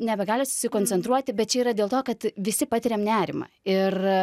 nebegali susikoncentruoti bet čia yra dėl to kad visi patiriam nerimą ir